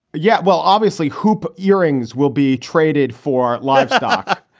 yeah, well, obviously, hoop earrings will be traded for livestock.